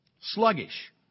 sluggish